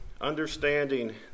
understanding